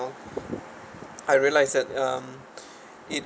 all I realize that um it